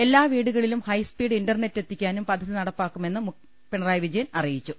എല്ലാ വീടുകളിലും high speed internet എ ത്തിക്കാനും പദ്ധതി നടപ്പിലാക്കുമെന്ന് പിണറായി വിജയൻ അറിയിച്ചു